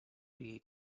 sigui